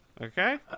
Okay